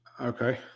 Okay